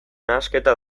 nahasketa